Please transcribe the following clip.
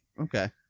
Okay